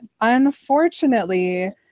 unfortunately